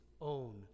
own